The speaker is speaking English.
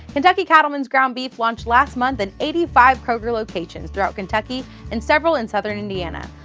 kentucky cattlemen's ground beef launched last month in eighty five kroger locations, throughout kentucky and several in southern indiana.